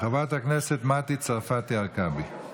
חברת הכנסת מטי צרפתי הרכבי.